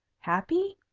happy?